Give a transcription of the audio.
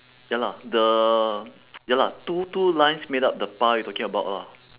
ya lah the ya lah two two lines made up the 八 you're talking about lah